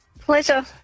Pleasure